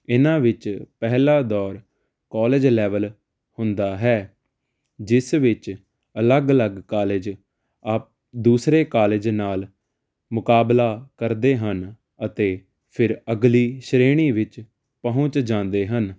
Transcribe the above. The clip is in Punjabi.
ਇਹਨਾਂ ਵਿੱਚ ਪਹਿਲਾਂ ਦੌਰ ਕੋਲਜ ਲੈਵਲ ਹੁੰਦਾ ਹੈ ਜਿਸ ਵਿੱਚ ਅਲੱਗ ਅਲੱਗ ਕਾਲਜ ਅਪ ਦੂਸਰੇ ਕਾਲਜ ਨਾਲ਼ ਮੁਕਾਬਲਾ ਕਰਦੇ ਹਨ ਅਤੇ ਫਿਰ ਅਗਲੀ ਸ਼੍ਰੇਣੀ ਵਿੱਚ ਪਹੁੰਚ ਜਾਂਦੇ ਹਨ